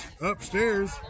upstairs